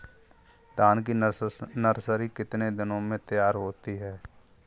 धान की नर्सरी कितने दिनों में तैयार होती है?